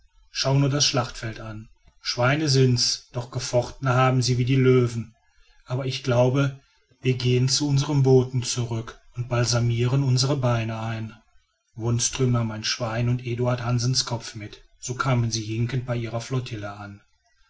schau nur das schlachtfeld an schweine sind's doch gefochten haben sie wie die löwen aber ich glaube wir gehen zu unseren booten zurück und balsamieren unsere beine ein wonström nahm ein schwein und eduard hansens kopf mit so kamen sie hinkend bei ihrer flottille an